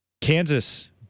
Kansas